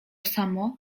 samo